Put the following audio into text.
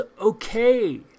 okay